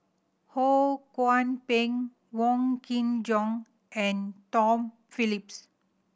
Ho Kwon Ping Wong Kin Jong and Tom Phillips